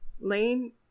Lane